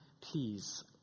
please